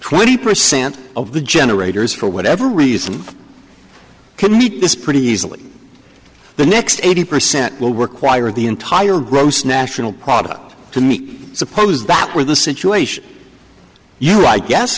twenty percent of the generators for whatever reason can eat this pretty easily the next eighty percent will require the entire gross national product to me suppose that were the situation you i guess